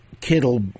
Kittle